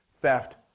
theft